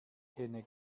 kenne